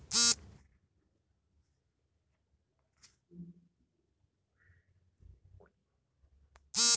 ತಂಬಾಕು ನೀಕೋಟಿಯಾನಾ ಮತ್ತು ಸೊಲನೇಸಿಯಿ ಕುಟುಂಬದ ಭಾಗ್ವಾಗಿದೆ ತಂಬಾಕಿನ ಯಪ್ಪತ್ತಕ್ಕೂ ಹೆಚ್ಚು ಜಾತಿಅಯ್ತೆ